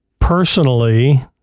personally